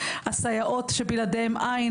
הסייעות שבלעדיהן אין,